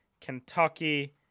Kentucky